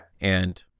And-